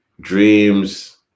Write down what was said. dreams